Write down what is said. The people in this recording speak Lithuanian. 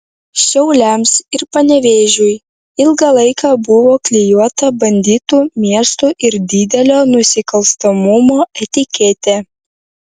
šiauliams ir panevėžiui ilgą laiką buvo klijuota banditų miestų ir didelio nusikalstamumo etiketė